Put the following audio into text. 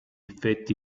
effetti